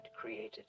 created